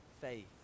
faith